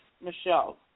Michelle